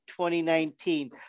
2019